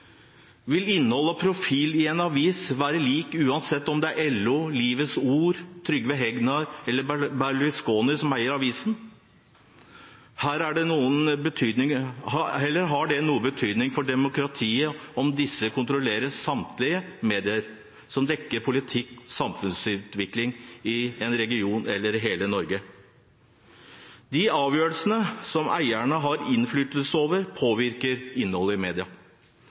Vil innhold og profil i en avis være lik uansett om det er LO, Livets Ord, Trygve Hegnar eller Berlusconi som eier avisen? Har det noen betydning for demokratiet om disse kontrollerer samtlige medier som dekker politikk og samfunnsutvikling i en region eller i hele Norge? De avgjørelsene som eierne har innflytelse over, påvirker innholdet i media.